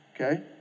Okay